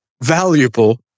valuable